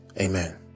Amen